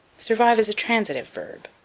survive is a transitive verb.